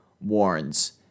warns